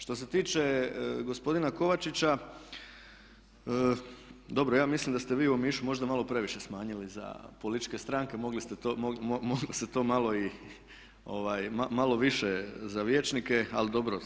Što se tiče gospodina Kovačića, dobro, ja mislim da ste vi u Omišu možda malo previše smanjili za političke stranke, mogli ste to malo više za vijećnike, ali dobro.